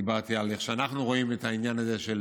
דיברתי על איך שאנחנו רואים את העניין הזה של